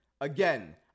Again